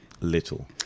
little